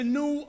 new